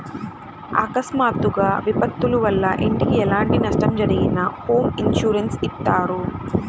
అకస్మాత్తుగా విపత్తుల వల్ల ఇంటికి ఎలాంటి నష్టం జరిగినా హోమ్ ఇన్సూరెన్స్ ఇత్తారు